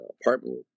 apartment